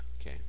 Okay